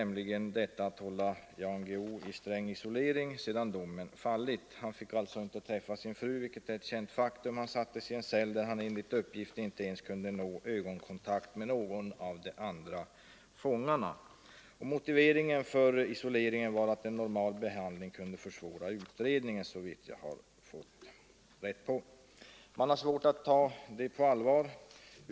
Man höll honom nämligen i sträng isolering sedan domen fallit. Han fick inte träffa sin fru, vilket är ett känt faktum. Han satt i en cell där han enligt uppgift inte ens hade ögonkontakt med någon av de andra fångarna. Motiveringen till isoleringen var, såvitt jag har fått veta, att en normal behandling kunde försvåra utredningen. Man har svårt att ta detta på allvar.